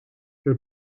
your